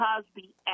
Cosby